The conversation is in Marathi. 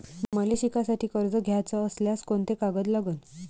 मले शिकासाठी कर्ज घ्याचं असल्यास कोंते कागद लागन?